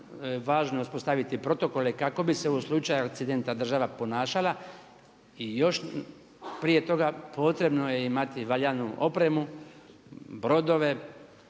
važno uspostaviti protokole kako bi se u slučaju akcidenta država ponašala. I još prije toga potrebno je imati valjanu opremu, brodove,